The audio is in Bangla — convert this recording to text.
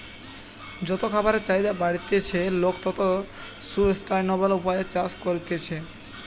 যত খাবারের চাহিদা বাড়তিছে, লোক তত সুস্টাইনাবল উপায়ে চাষ করতিছে